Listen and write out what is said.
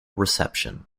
reception